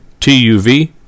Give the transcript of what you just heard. TUV